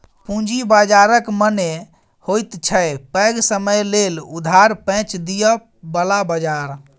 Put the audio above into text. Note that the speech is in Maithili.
पूंजी बाजारक मने होइत छै पैघ समय लेल उधार पैंच दिअ बला बजार